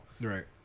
Right